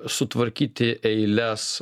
sutvarkyti eiles